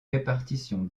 répartition